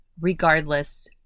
regardless